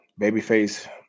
Babyface